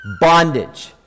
bondage